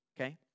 Okay